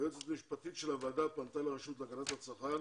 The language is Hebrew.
היועצת המשפטית של הוועדה פנתה לרשות להגנת הצרכן